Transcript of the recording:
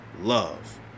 love